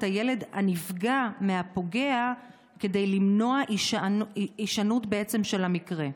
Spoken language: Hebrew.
הילד הנפגע מהפוגע כדי למנוע הישנות של המקרה?